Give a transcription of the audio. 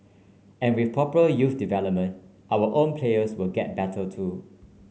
and with proper youth development our own players will get better too